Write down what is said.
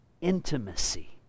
intimacy